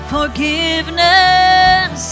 Forgiveness